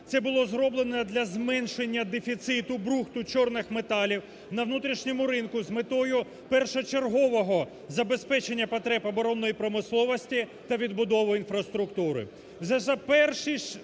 Це було зроблено для зменшення дефіциту брухту чорних металів на внутрішньому ринку з метою першочергового забезпечення потреб оборонної промисловості та відбудови інфраструктури.